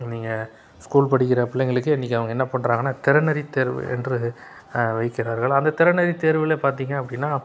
நீங்கள் ஸ்கூல் படிக்கிற பிள்ளைங்களுக்கே இன்னைக்கு அவங்க என்ன பண்ணுறாங்கன்னா திறனறிவு தேர்வு என்று வைக்கிறார்கள் அந்த திறனறிவு தேர்வில் பார்த்திங்க அப்படின்னா